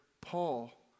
Paul